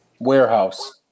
warehouse